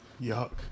Yuck